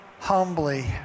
humbly